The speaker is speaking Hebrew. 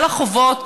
על החובות,